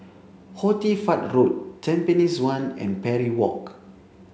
Fatt Road Tampines one and Parry Walk